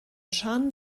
rhan